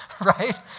right